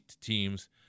teams